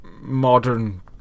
modern